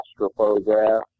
astrophotograph